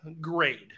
grade